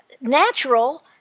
natural